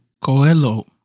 Coelho